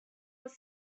was